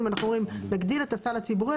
אנחנו אומרים להגדיל את הסל הציבורי,